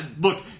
look